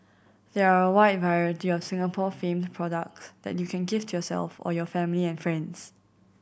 there are a wide variety of Singapore famed products that you can gift your self or your family and friends